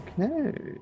Okay